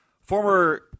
Former